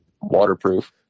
waterproof